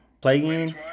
Play-in